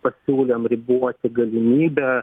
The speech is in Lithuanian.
pasiūlėm riboti galimybę